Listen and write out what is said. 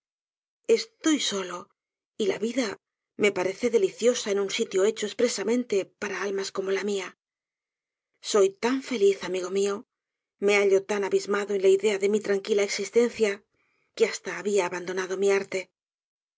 estoy solo y la vida me parece deliciosa en un sitio hecho espresamente para almas como la mía soy tan feliz amigo mío me hallo tan abismado en la idea de mi tranquila existencia que hasta abandono mi arte